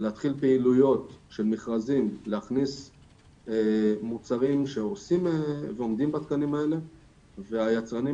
פעילויות של מכרזים להכניס מוצרים שעומדים בתקנים האלה וליצרנים